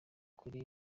kuri